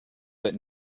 that